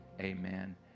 Amen